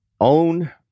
own